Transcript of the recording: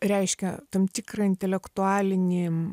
reiškia tam tikrą intelektualinį